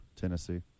Tennessee